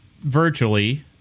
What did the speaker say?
virtually